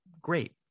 Great